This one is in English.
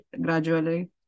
gradually